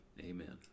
Amen